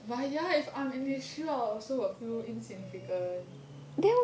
but ya if I'm in his shoes I also will feel insignificant